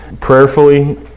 prayerfully